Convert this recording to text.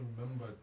remember